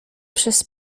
przez